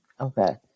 Okay